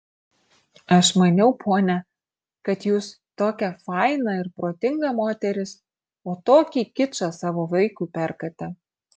aš maniau ponia kad jūs tokia faina ir protinga moteris o tokį kičą savo vaikui perkate